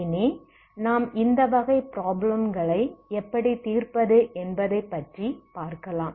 இனி நாம் இந்த வகை ப்ரொப்லெம் களை எப்படி தீர்ப்பது என்பதை பற்றி பார்க்கலாம்